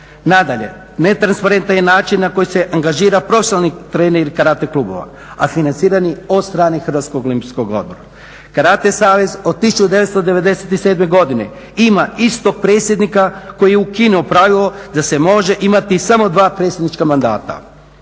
Nadalje, netransparentan je način na koji se angažira profesionalni …/Govornik se ne razumije./… karate klubova a financirani od strane Hrvatskog olimpijskog odbora. Karate savez od 1997. godine ima istog predsjednika koji je ukinuo pravilo da se može imati samo dva predsjednička mandata.